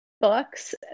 books